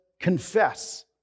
confess